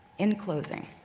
in closing,